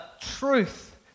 truth